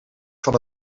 van